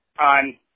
on